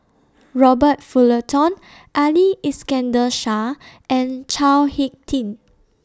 Robert Fullerton Ali Iskandar Shah and Chao Hick Tin